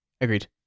Agreed